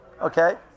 okay